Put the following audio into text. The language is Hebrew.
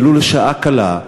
ולו לשעה קלה,